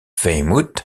weymouth